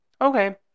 Okay